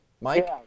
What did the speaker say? mike